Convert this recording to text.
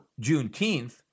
Juneteenth